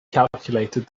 calculated